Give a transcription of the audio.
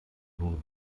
nun